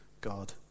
God